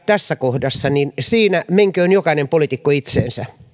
tässä kohdassa niin siinä menköön jokainen poliitikko itseensä